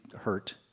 hurt